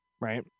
right